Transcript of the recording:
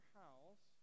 house